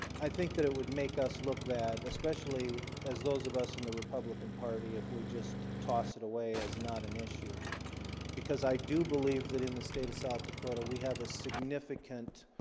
i think that it would make us look bad especially as those of us in the republican party if we just toss it away as not an issue because i do believe that in the state of south dakota. we have a significant